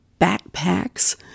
backpacks